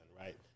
right